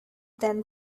than